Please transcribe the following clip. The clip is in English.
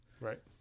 Right